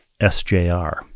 SJR